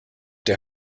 der